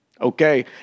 Okay